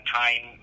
time